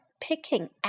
picking